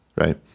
right